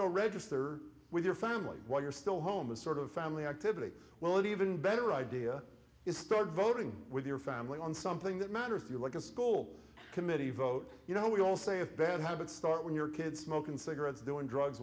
go register with your family while you're still home is sort of family activity well it even better idea is start voting with your family on something that matters to you like a school committee vote you know we all say a bad habit start when your kid smoking cigarettes doing drugs